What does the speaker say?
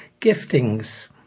Giftings